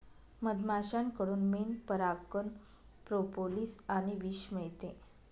मधमाश्यांकडून मेण, परागकण, प्रोपोलिस आणि विष मिळते